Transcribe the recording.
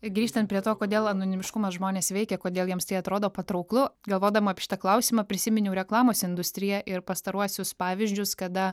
ir grįžtant prie to kodėl anonimiškumas žmones veikia kodėl jiems tai atrodo patrauklu galvodama apie šitą klausimą prisiminiau reklamos industriją ir pastaruosius pavyzdžius kada